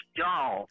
y'all